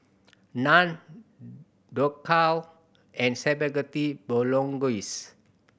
Naan Dhokla and Spaghetti Bolognese